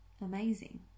amazing